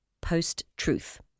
post-truth